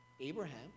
Abraham